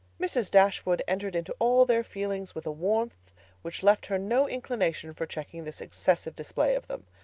mrs. dashwood entered into all their feelings with a warmth which left her no inclination for checking this excessive display of them.